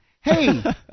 Hey